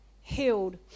healed